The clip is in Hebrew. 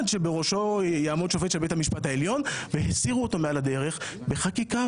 שבראשו יעמוד שופט של בית המשפט העליון והסירו אותו מעל הדרך בחקיקה